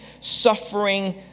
suffering